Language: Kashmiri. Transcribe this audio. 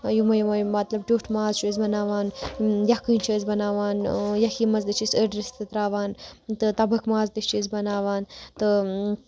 یِمے یِمے مطلب ٹیوٚٹھ ماز چھِ أسۍ بَناوان یَکھٕنۍ چھِ أسۍ بَناوان یَکھٕنہِ مَنٛز تہِ چھِ أسۍ أڑۍ رِستہٕ تراوان تہٕ تَبَکھ ماز تہِ چھِ أسۍ بَناوان تہٕ